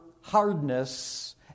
hardness